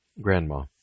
Grandma